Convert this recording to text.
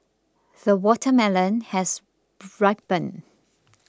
the watermelon has ripened